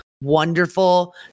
wonderful